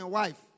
wife